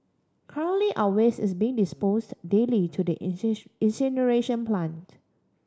currently our waste is being disposed daily to the incineration plant